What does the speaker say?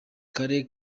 kale